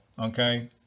Okay